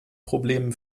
problemen